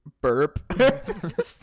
burp